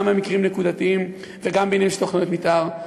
גם במקרים נקודתיים וגם בעניינים של תוכניות מתאר.